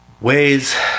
ways